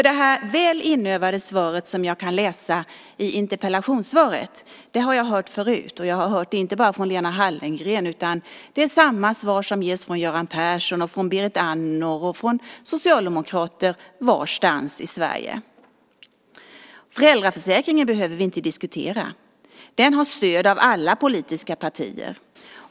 Det väl inövade interpellationssvaret som jag kan läsa har jag hört förut, och jag har hört det inte bara från Lena Hallengren. Det är samma svar som ges från Göran Persson, från Berit Andnor och från socialdemokrater runtom i Sverige. Föräldraförsäkringen behöver vi inte diskutera. Den har stöd av alla politiska partier.